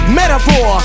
metaphor